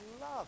love